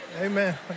Amen